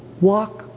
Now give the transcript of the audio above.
walk